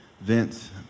Vince